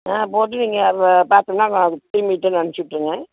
ஆ போட்டு வையுங்க பாத்திரம்லாம் திரும்பி ரிட்டன் அனுச்சி விட்ருங்க